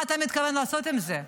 מה אתה מתכוון לעשות עם זה?